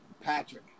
Patrick